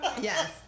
Yes